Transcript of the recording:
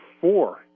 four